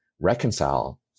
reconcile